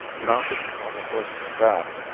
mounted upon the horses' backs,